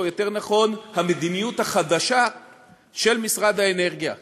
או יותר נכון את המדיניות החדשה של משרד האנרגיה,